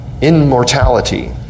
Immortality